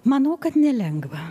manau kad nelengva